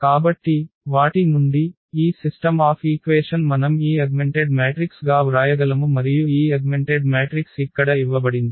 కాబట్టి వాటి నుండి ఈ సిస్టమ్ ఆఫ్ ఈక్వేషన్ మనం ఈ అగ్మెంటెడ్ మ్యాట్రిక్స్ గా వ్రాయగలము మరియు ఈ అగ్మెంటెడ్ మ్యాట్రిక్స్ ఇక్కడ ఇవ్వబడింది